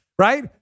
Right